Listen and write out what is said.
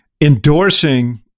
endorsing